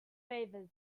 favours